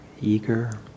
eager